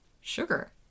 sugar